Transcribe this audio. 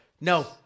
no